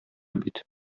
бит